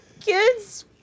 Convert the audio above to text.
Kids